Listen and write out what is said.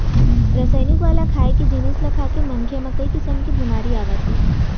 रसइनिक वाला खाए के जिनिस ल खाके मनखे म कइ किसम के बेमारी आवत हे